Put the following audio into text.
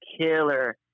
killer